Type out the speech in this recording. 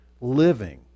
living